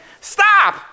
stop